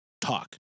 talk